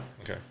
okay